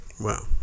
Wow